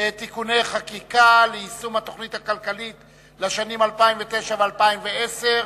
(תיקוני חקיקה ליישום התוכנית הכלכלית לשנים 2009 ו-2010)